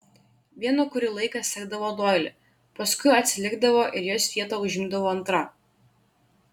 viena kurį laiką sekdavo doilį paskui atsilikdavo ir jos vietą užimdavo antra